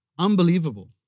unbelievable